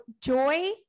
Joy